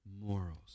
morals